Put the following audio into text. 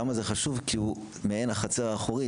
למה זה חשוב, כי הוא מעין החצר האחורית.